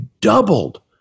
doubled